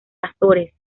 azores